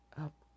up